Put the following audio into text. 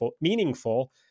meaningful